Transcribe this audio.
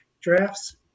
drafts